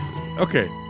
Okay